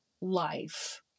life